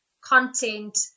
content